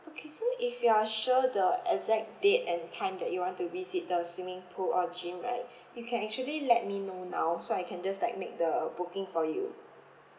okay so if you are sure the exact date and time that you want to visit the swimming pool or gym right you can actually let me know now so I can just like make the booking for you